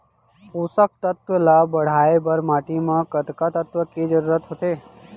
पोसक तत्व ला बढ़ाये बर माटी म कतका तत्व के जरूरत होथे?